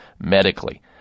medically